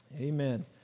Amen